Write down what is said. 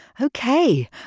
Okay